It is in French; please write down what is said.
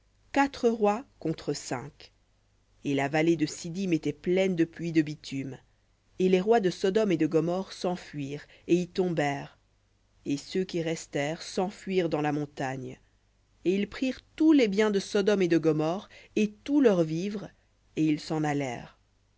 quatre rois contre cinq et la vallée de siddim était pleine de puits de bitume et les rois de sodome et de gomorrhe s'enfuirent et y tombèrent et ceux qui restèrent s'enfuirent dans la montagne et ils prirent tous les biens de sodome et de gomorrhe et tous leurs vivres et ils s'en